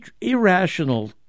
irrational